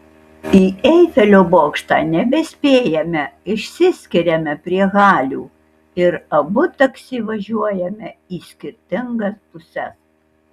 į eifelio bokštą nebespėjame išsiskiriame prie halių ir abu taksi važiuojame į skirtingas puses